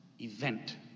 event